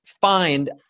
find